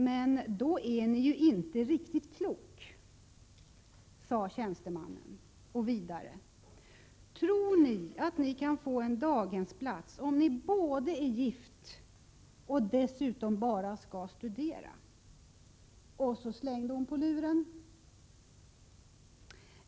”Men då är ni ju inte riktigt klok”, sade tjänstemannen, ”tror ni att ni kan få en dagisplats om ni både är gift och dessutom bara skall studera?” Så slängde hon på luren.